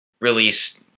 Release